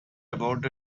about